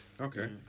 Okay